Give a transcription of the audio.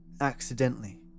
accidentally